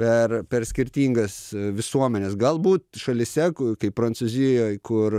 per per skirtingas visuomenes galbūt šalyse kur kaip prancūzijoj kur